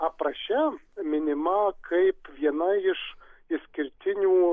apraše minima kaip viena iš išskirtinių